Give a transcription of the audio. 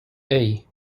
hey